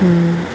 हम्म